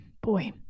boy